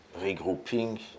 regrouping